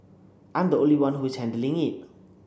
I'm the only one who is handling it